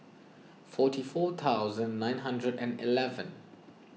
forty four thousand nine hundred and eleven